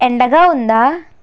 ఎండగా ఉందా